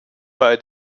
bei